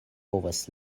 povas